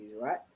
right